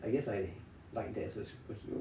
I guess I like there's a superhero